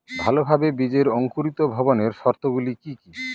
ভালোভাবে বীজের অঙ্কুর ভবনের শর্ত গুলি কি কি?